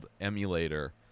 emulator